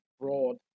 broad